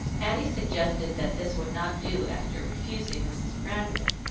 annie suggested that this would not do after refusing mrs. brandreth.